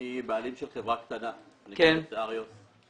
אני בעלים של חברה קטנה שנקראת אריוס.